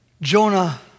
Jonah